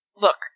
Look